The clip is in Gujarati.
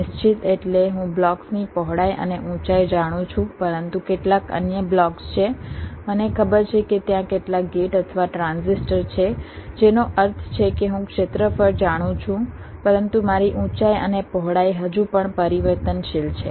નિશ્ચિત એટલે હું બ્લોક્સની પહોળાઈ અને ઊંચાઈ જાણું છું પરંતુ કેટલાક અન્ય બ્લોક્સ છે મને ખબર છે કે ત્યાં કેટલા ગેટ અથવા ટ્રાન્ઝિસ્ટર છે જેનો અર્થ છે કે હું ક્ષેત્રફળ જાણું છું પરંતુ મારી ઊંચાઈ અને પહોળાઈ હજુ પણ પરિવર્તનશીલ છે